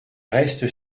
restent